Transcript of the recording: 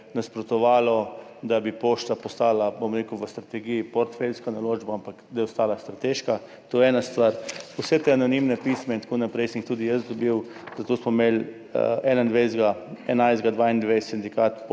nasprotovalo temu, da bi Pošta postala v strategiji portfeljska naložba, ampak da je ostala strateška, to je ena stvar. Vsa ta anonimna pisma in tako naprej sem tudi jaz dobil, zato smo imeli 21. 11. 2022 sestanek